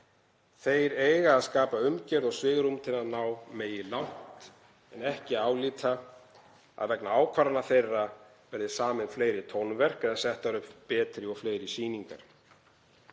Þeir eiga að skapa umgjörð og svigrúm til að ná megi langt en ekki álíta að vegna ákvarðana þeirra verði samin fleiri tónverk eða settar upp betri og fleiri sýningar.